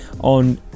on